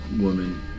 woman